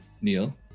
Neil